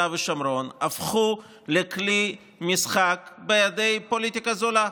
ושומרון הפכו לכלי משחק בידי פוליטיקה זולה.